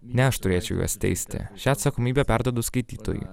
ne aš turėčiau juos teisti šią atsakomybę perduodu skaitytojui